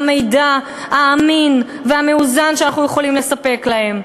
למידע האמין והמאוזן שאנחנו יכולים לספק להם.